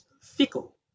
fickle